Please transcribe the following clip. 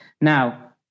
Now